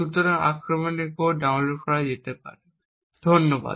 সুতরাং আক্রমণের code download করা যেতে পারে ধন্যবাদ